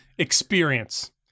Experience